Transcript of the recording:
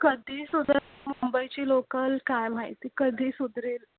कधी सुधरेल मुंबईची लोकल काय माहिती कधी सुधरेल